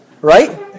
right